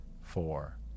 four